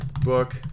book